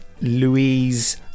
Louise